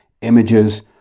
images